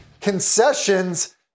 concessions